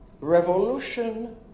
revolution